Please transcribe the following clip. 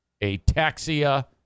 ataxia